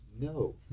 no